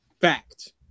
Fact